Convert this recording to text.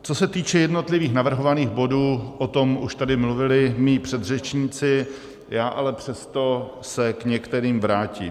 Co se týče jednotlivých navrhovaných bodů, o tom už tady mluvili mí předřečníci, já ale přesto se k některým vrátím.